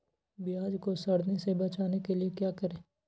प्याज को सड़ने से बचाने के लिए क्या करें?